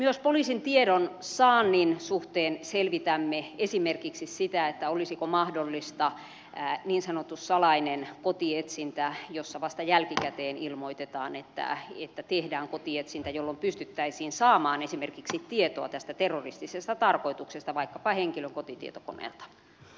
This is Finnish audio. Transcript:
myös poliisin tiedonsaannin suhteen selvitämme esimerkiksi sitä olisiko mahdollista niin sanottu salainen kotietsintä jossa vasta jälkikäteen ilmoitetaan että tehdään kotietsintä jolloin pystyttäisiin saamaan esimerkiksi tietoa tästä terroristisesta tarkoituksesta vaikkapa henkilön kotitietokoneelta